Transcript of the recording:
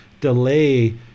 delay